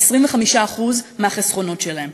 25% מהחסכונות שלהם.